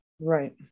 Right